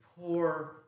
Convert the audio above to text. poor